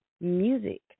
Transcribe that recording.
music